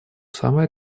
самое